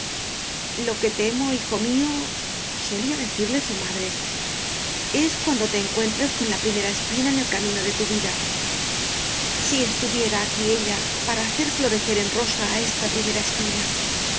lo que temo hijo míosolía decirle su madre es cuando te encuentres con la primera espina en el camino de tu vida si estuviera aquí ella para hacer florecer en rosa a esta primera espina